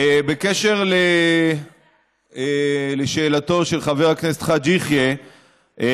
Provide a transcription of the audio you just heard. בקשר לשאלתו של חבר הכנסת חאג' יחיא השאלה